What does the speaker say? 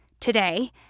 Today